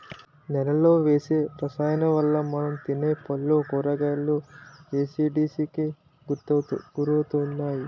నేలలో వేసే రసాయనాలవల్ల మనం తినే పళ్ళు, కూరగాయలు ఎసిడిటీకి గురవుతున్నాయి